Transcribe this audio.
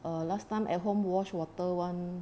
err last time at home wash water [one]